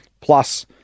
plus